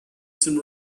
some